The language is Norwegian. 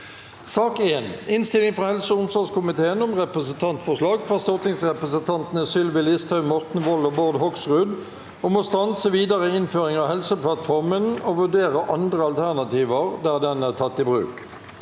Innstilling fra helse- og omsorgskomiteen om Repre- sentantforslag fra stortingsrepresentantene Sylvi List- haug, Morten Wold og Bård Hoksrud om å stanse videre innføring av Helseplattformen og vurdere andre alterna- tiver der den er tatt i bruk